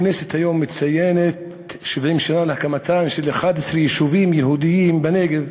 הכנסת מציינת היום 70 שנה להקמתם של 11 יישובים יהודיים בנגב,